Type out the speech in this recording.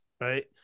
right